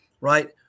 right